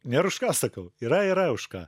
nėr už ką sakau yra yra už ką